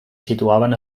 situaven